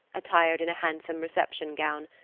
attired in a handsome reception gown,